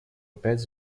опять